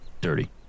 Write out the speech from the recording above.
dirty